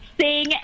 sing